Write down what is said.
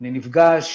אני נפגש